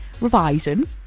revising